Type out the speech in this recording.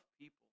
people